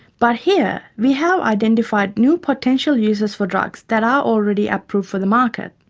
but here we have identified new potential uses for drugs that are already approved for the market.